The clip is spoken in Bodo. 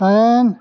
दाइन